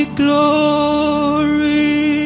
glory